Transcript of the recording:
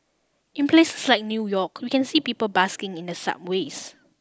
in places like New York we can see people busking in the subways